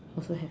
also have